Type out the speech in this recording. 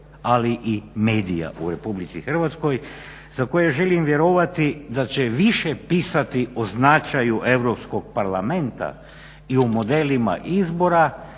ali i medija u RH za koje želim vjerovati da će više pisati o značaju Europskog parlamenta i o modelima izbora